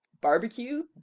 barbecue